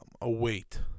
await